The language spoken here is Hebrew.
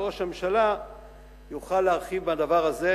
וראש הממשלה יוכל להרחיב בדבר הזה,